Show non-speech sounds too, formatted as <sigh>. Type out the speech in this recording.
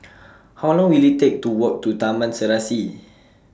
<noise> How Long Will IT Take to Walk to Taman Serasi